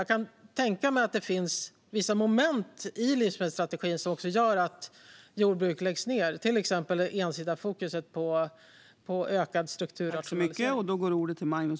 Jag kan tänka mig att det finns vissa moment i livsmedelsstrategin som gör att jordbruk läggs ned, till exempel det ensidiga fokuset på ökad strukturrationalisering.